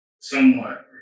somewhat